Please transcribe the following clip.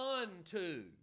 unto